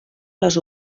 les